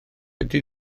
ydy